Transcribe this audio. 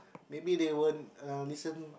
maybe they won't uh listen